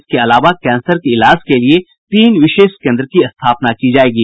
इसके अलावा कैंसर के इलाज के लिए तीन विशेष केन्द्र भी बनाये जायेंगे